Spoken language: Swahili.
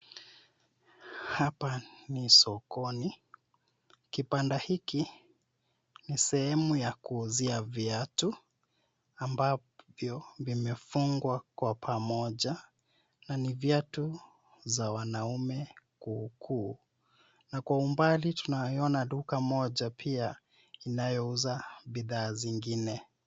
Hapa ni sokoni. Kibanda hiki ni sehemu ya kuuzia viatu ambavyo vimefungwa kwa pamoja na ni viatu za wanaume kuukuu, na kwa umbali tunaona duka moja pia inayouza bidhaa zingine.